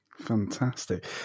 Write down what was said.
Fantastic